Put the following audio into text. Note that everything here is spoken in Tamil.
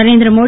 நரேந்திர மோடி